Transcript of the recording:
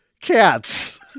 cats